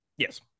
Yes